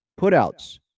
Putouts